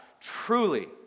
truly